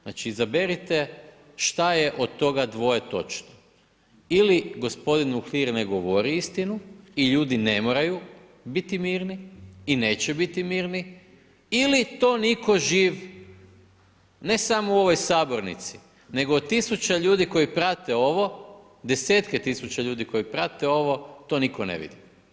Znači izaberite šta je od toga dvoje točno ili gospodin Uhlir ne govori istinu i ljudi ne moraju biti mirni i neće biti mirni ili to niko živ ne samo u ovoj sabornici nego od tisuća ljudi koji prate ove, desetke tisuća ljudi koji prate ovo to niko ne vidi.